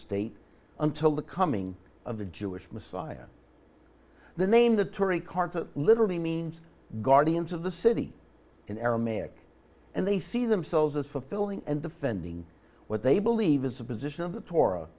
state until the coming of the jewish messiah the name the tory carta literally means guardians of the city in aramaic and they see themselves as fulfilling and defending what they believe is a position of the torah